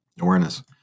awareness